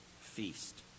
feast